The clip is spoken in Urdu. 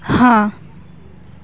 ہاں